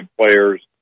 players